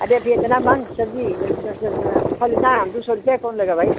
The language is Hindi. अरे अभी एतना महंग सब्जी फल इतना दो सौ रुपया कौन लेगा भाई